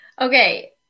Okay